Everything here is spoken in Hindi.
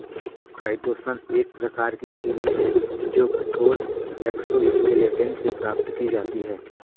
काईटोसन एक प्रकार की चीनी है जो कठोर एक्सोस्केलेटन से प्राप्त की जाती है